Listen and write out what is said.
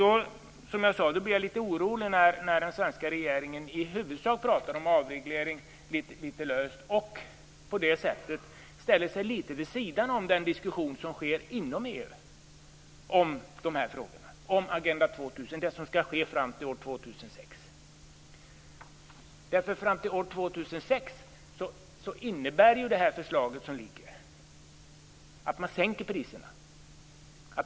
Då blir jag, som jag sade, orolig när den svenska regeringen i huvudsak pratar litet löst om avreglering. På det sättet ställer den sig litet vid sidan av den diskussion som pågår inom EU om de här frågorna, alltså om Agenda 2000 och om vad som skall ske fram till år 2006. Fram till år 2006 innebär ju det förslag som ligger framme att man sänker priserna.